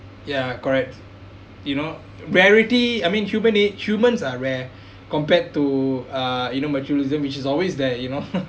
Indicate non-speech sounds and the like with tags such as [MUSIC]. ya correct you know rarity I mean human need humans are rare compared to uh you know materialism which is always there you know [LAUGHS]